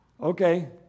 Okay